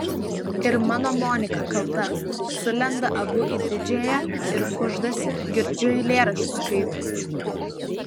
ir mano monika kalta sulenda abu į didžiąją ir kuždasi girdžiu eilėraščius skaito